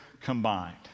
combined